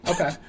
Okay